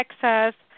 Texas